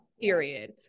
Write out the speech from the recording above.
Period